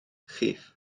chyff